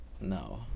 No